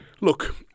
look